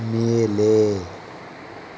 ಮೇಲೆ